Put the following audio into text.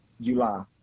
July